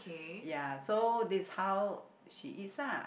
ya so this is how she eats lah